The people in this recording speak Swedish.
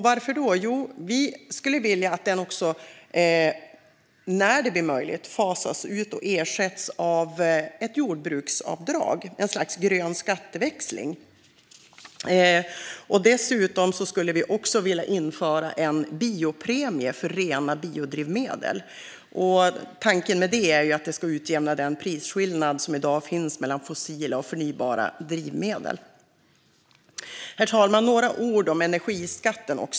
Vi skulle också vilja att den när det blir möjligt fasas ut och ersätts av ett jordbruksavdrag - ett slags grön skatteväxling. Dessutom skulle vi vilja införa en biopremie för rena biodrivmedel. Tanken med det är att det ska utjämna den prisskillnad som i dag finns mellan fossila och förnybara drivmedel. Herr talman! Jag vill också säga några ord om energiskatten.